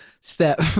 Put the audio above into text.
step